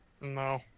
No